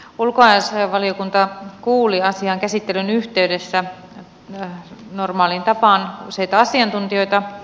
ulkoasiainvaliokunta kuuli asian käsittelyn yhteydessä normaaliin tapaan useita asiantuntijoita